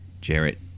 jarrett